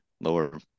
lower